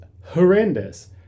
horrendous